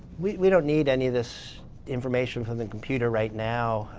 we we don't need any of this information from the computer right now.